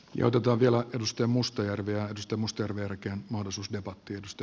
joudutaan vielä edusti mustajärvi arkisto muster mörkö on osuus jopa kiitos